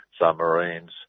submarines